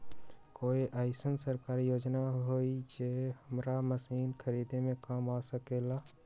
कोइ अईसन सरकारी योजना हई जे हमरा मशीन खरीदे में काम आ सकलक ह?